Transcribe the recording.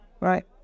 right